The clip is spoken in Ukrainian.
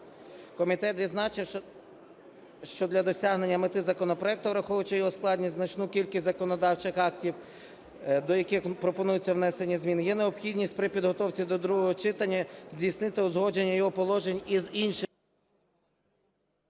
комітет відзначив, що для досягнення мети законопроекту, враховуючи його складність, значну кількість законодавчих актів, до яких пропонується внесення змін, є необхідність при підготовці до другого читання здійснити узгодження його положень із іншими…